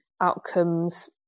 outcomes